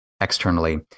externally